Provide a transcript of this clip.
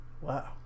wow